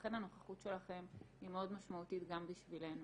ולכן הנוכחות שלכם היא מאוד משמעותית גם בשבילנו.